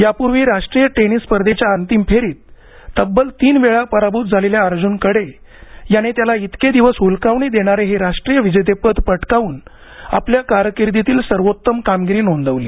यापूर्वी राष्ट्रीय टेनिस स्पर्धेच्या अंतिम फेरीत तब्वल तीन वेळा पराभूत झालेल्या अर्ज्न कढे याने त्याला इतके दिवस हुलकावणी देणारे हे राष्ट्रीय विजेतेपद पटकावून आपल्या कारकिर्दीतील सर्वोत्तम कामगिरी नोंदविली